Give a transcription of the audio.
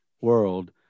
world